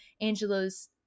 Angelo's